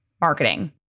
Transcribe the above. marketing